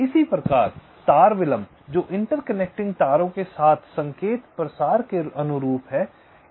इसी प्रकार तार विलंब जो इंटरकनेक्टिंग तारों के साथ संकेत प्रसार के अनुरूप है